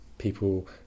People